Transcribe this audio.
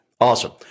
Awesome